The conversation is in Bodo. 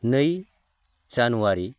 नै जानुवारि